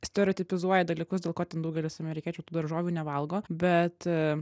stereotipizuoja dalykus dėl ko ten daugelis amerikiečių tų daržovių nevalgo bet